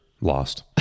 lost